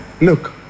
look